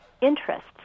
interests